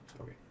okay